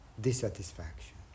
dissatisfaction